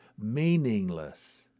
meaningless